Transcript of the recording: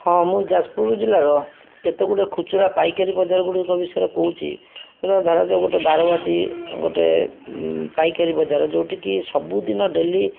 ହଁ ମୁଁ ଯାଜପୁର ଜିଲ୍ଲାର କେତେଗୁଡ଼ିଏ ଖୁଚୁରା ପାଇକାରୀ ବଜାର ଗୁଡ଼ିକ ବିଷୟରେ କହୁଛି ଏବେ ଧରାଯାଉ ଗୋଟେ ବାରବାଟୀ ଗୋଟେ ପାଇକାରୀ ବଜାର ଯେଉଁଠିକି ସବୁଦିନ ଡେଲି